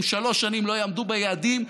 אם שלוש שנים לא יעמדו ביעדים,